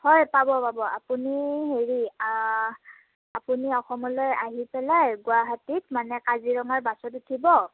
হয় পাব পাব আপুনি হেৰি আপুনি অসমলৈ আহি পেলাই গুৱাহাটীত মানে কাজিৰঙাৰ বাছত উঠিব